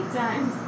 times